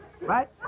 Right